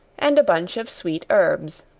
and a bunch of sweet herbs.